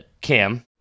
Cam